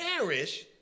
perish